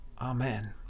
Amen